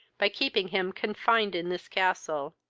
by keeping him confined in this castle,